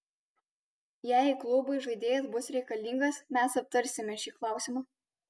jei klubui žaidėjas bus reikalingas mes aptarsime šį klausimą